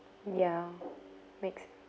ya makes